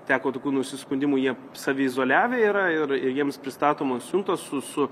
teko tokių nusiskundimų jie saviizoliavę yra ir jiems pristatomos siuntos su su